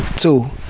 Two